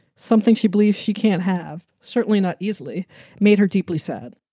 something she believes she can't have, certainly not easily made her deeply sad.